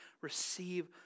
receive